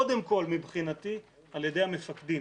קודם כל מבחינתי על ידי המפקדים